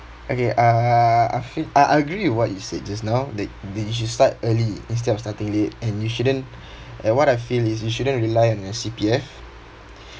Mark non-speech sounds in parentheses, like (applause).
okay uh I feel uh I agree with what you said just now that that you should start early instead of starting late and you shouldn't (breath) and what I feel is you shouldn't rely on a C_P_F (breath)